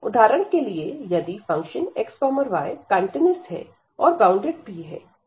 उदाहरण के लिए यदि fxy कंटीन्यूअस है और बॉउंडेड भी है